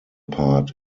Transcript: part